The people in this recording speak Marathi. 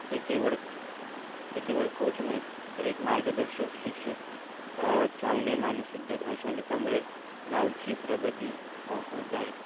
ते केवळ ते केवळ कोच नाही तर एक मार्गदर्शक शिक्षक चांगले माणूससुद्धा अशा लोकामुळे गावची प्रगती होत आहे